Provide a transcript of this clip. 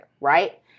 Right